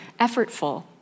effortful